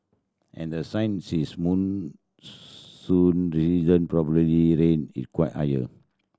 and since it's monsoon season probably rain is quite higher